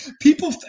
People